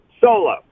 solo